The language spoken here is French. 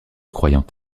croyant